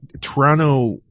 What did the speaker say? Toronto